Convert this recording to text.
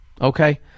Okay